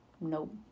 nope